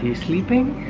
is sleeping.